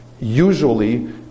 usually